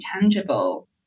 tangible